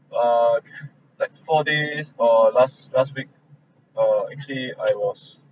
err three like four days or last last week or actually